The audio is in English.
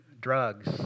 drugs